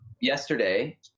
Yesterday